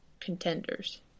contenders